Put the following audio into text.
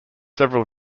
several